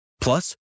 Plus